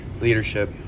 leadership